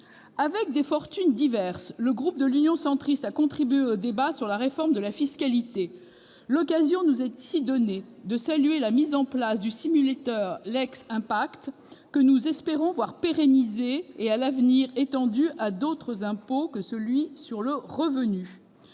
Avec des fortunes diverses, le groupe Union Centriste a contribué au débat sur la réforme de la fiscalité. L'occasion nous est donnée ici de saluer la mise en place du simulateur LexImpact, dont nous espérons la pérennisation et l'extension, à l'avenir, à d'autres impôts que l'impôt sur le revenu.